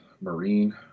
Marine